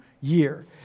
year